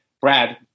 Brad